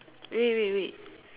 wait wait wait